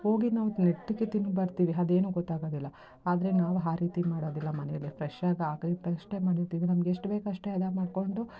ಹೋಗಿ ನಾವು ನೆಟ್ಟಗೆ ತಿಂದು ಬರ್ತೀವಿ ಅದೇನು ಗೊತ್ತಾಗೋದಿಲ್ಲ ಆದರೆ ನಾವು ಆ ರೀತಿ ಮಾಡೋದಿಲ್ಲ ಮನೇಲೆ ಫ್ರೆಶಾಗ್ ಹಾಕದಿಟ್ ಅಷ್ಟೇ ಮಾಡಿರ್ತೀವಿ ನಮ್ಗೆ ಎಷ್ಟು ಬೇಕು ಅಷ್ಟೇ ಹದ ಮಾಡಿಕೊಂಡು